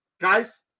Guys